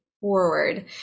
forward